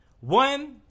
One